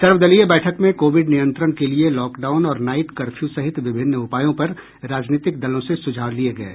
सर्वदलीय बैठक में कोविड नियंत्रण के लिए लॉकडाउन और नाईट कर्फ्यू सहित विभिन्न उपायों पर राजनीतिक दलों से सुझाव लिये गये